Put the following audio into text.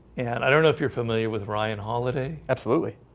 and i don't know if you're familiar with ryan holiday absolutely,